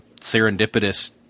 serendipitous